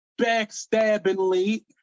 backstabbingly